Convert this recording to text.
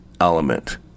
element